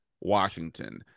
Washington